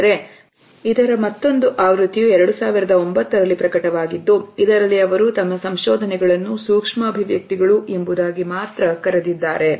ಆದರೆ ಪರಿಸರದ ಆವೃತ್ತಿಯು 2009ರಲ್ಲಿ ಪ್ರಕಟವಾಗಿದ್ದು ಇದರಲ್ಲಿ ಅವರು ತಮ್ಮ ಸಂಶೋಧನೆಗಳನ್ನು ಸೂಕ್ಷ್ಮ ಅಭಿವ್ಯಕ್ತಿಗಳು ಎಂಬುದಾಗಿ ಮಾತ್ರ ಕರೆದಿದ್ದಾರೆ